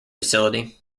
facility